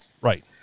Right